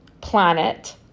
planet